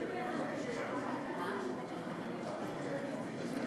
הרבה הצעות ירדו, ואנחנו עושים